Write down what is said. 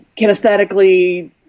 kinesthetically